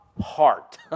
heart